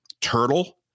turtle